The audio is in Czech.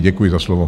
Děkuji za slovo.